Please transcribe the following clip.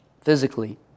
physically